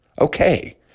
Okay